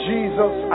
Jesus